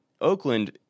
Oakland